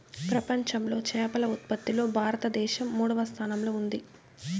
ప్రపంచంలో చేపల ఉత్పత్తిలో భారతదేశం మూడవ స్థానంలో ఉంది